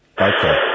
Okay